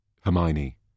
Hermione